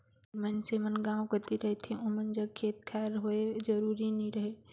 जेन मइनसे मन गाँव कती रहथें ओमन जग खेत खाएर होए जरूरी नी रहें